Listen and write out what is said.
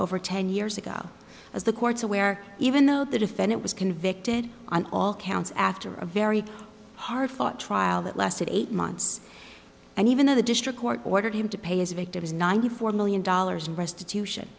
over ten years ago as the court's aware even though the defendant was convicted on all counts after a very hard fought trial that lasted eight months and even though the district court ordered him to pay his victims ninety four million dollars restitution